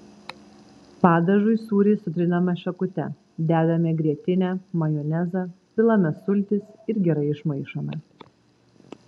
padažui sūrį sutriname šakute dedame grietinę majonezą pilame sultis ir gerai išmaišome